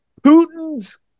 Putin's